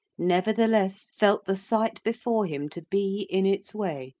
nevertheless felt the sight before him to be, in its way,